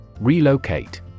Relocate